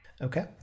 Okay